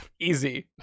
easy